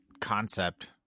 concept